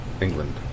England